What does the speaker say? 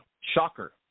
shocker